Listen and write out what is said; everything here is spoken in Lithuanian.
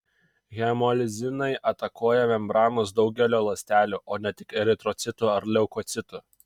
hemolizinai atakuoja membranas daugelio ląstelių o ne tik eritrocitų ar leukocitų